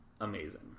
amazing